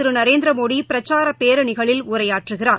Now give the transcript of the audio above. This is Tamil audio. திருநரேந்திரமோடிபிரச்சாரபேரணிகளில் உரையாற்றுகிறார்